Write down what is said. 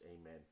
Amen